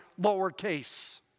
lowercase